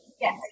Yes